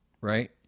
right